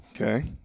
Okay